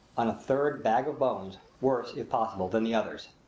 on a third bag of bones, worse, if possible, than the others.